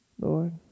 Lord